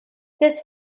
this